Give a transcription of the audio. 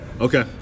okay